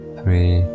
three